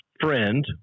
friend